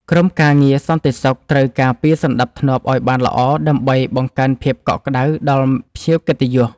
ក្រុមការងារសន្តិសុខត្រូវការពារសណ្ដាប់ធ្នាប់ឱ្យបានល្អដើម្បីបង្កើនភាពកក់ក្ដៅដល់ភ្ញៀវកិត្តិយស។